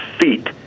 feet